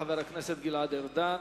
חבר הכנסת גלעד ארדן.